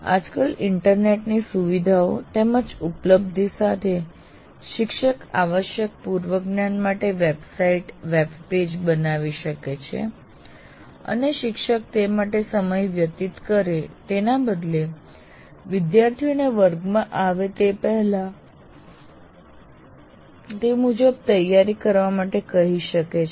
આજકાલ ઇન્ટરનેટ ની સુવિધાઓ તેમજ ઉપલબ્ધી સાથે શિક્ષક આવશ્યક પૂર્વ જ્ઞાન માટે વેબસાઇટ વેબપેજ બનાવી શકે છે અને શિક્ષક તે માટે સમય વ્યતીત કરે તેના બદલે વિદ્યાર્થીઓને વર્ગમાં આવે તે પહેલાં તે મુજબ તૈયારી કરવા માટે કહી શકે છે